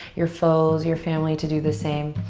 your foes, your family to do the same.